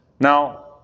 Now